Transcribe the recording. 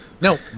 No